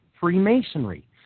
Freemasonry